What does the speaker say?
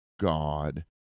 God